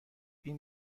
این